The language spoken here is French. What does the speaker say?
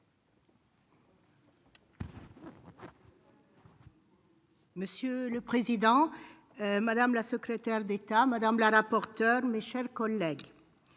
Monsieur le président, madame la secrétaire d'État, madame la rapporteure, mes chers collègues,